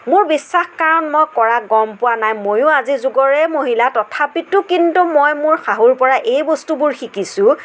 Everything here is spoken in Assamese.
মোৰ বিশ্বাস কাৰণ মই কৰা গম পোৱা নাই ময়ো আজিৰ যুগৰে মহিলা তথাপিতো কিন্তু মই মোৰ শাহুৰ পৰা এই বস্তুবোৰ শিকিছোঁ